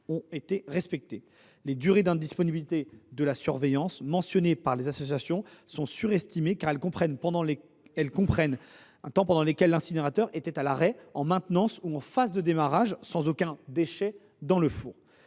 ont été respectées. Les durées d’indisponibilité de la surveillance mentionnées par les associations sont surestimées, car elles comprennent des périodes pendant lesquelles l’incinérateur était à l’arrêt, en maintenance ou en phase de démarrage sans qu’aucun déchet soit